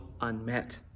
unmet